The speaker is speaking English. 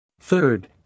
Third